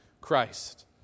Christ